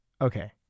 Okay